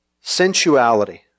Sensuality